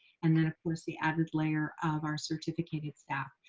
and then, of course, the added layer of our certificated staff.